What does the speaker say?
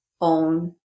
own